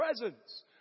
presence